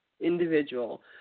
individual